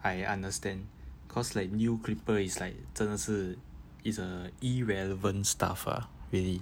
I understand cause like nail clipper is like 真的是 is a irrelevant stuff uh really